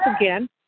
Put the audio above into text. again